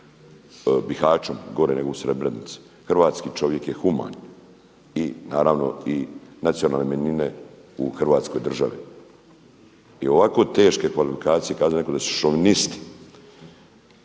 Bihaćom, gore nego u Srebrenici. Hrvatski čovjek je human i naravno nacionalne manjine u Hrvatskoj državi i ovako teške kvalifikacije kazati da su šovinisti